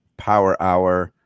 Powerhour